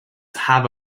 have